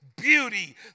beauty